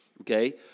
okay